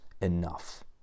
enough